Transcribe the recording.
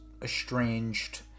estranged